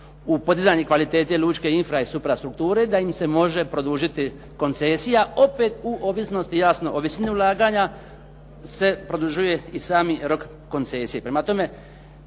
u podizanju kvalitete lučke infra i suprastrukture da im se može produžiti koncesija opet u ovisnosti jasno o visini ulaganja se produžuje i sami rok koncesije.